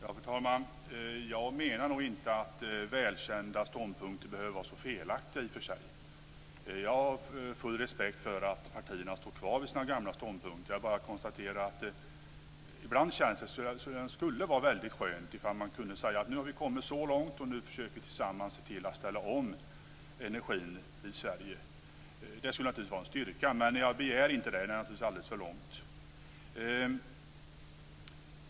Fru talman! Jag menar nog inte att välkända ståndpunkter behöver vara så felaktiga i och för sig. Jag har full respekt för att partierna står kvar vid sina gamla ståndpunkter. Jag bara konstaterar att ibland känns det som att det skulle vara väldigt skönt om man kunde säga att nu har vi kommit så här långt, och nu försöker vi tillsammans se till att ställa om energin i Sverige. Det skulle naturligtvis vara en styrka, men jag begär inte det. Det är naturligtvis att gå alldeles för långt.